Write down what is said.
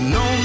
no